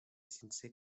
sincer